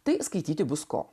tai skaityti bus ko